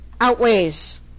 outweighs